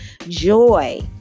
joy